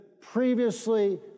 previously